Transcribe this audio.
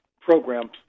programs